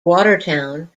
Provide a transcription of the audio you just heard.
watertown